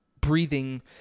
breathing